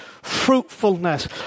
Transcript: fruitfulness